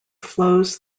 flows